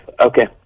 Okay